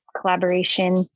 collaboration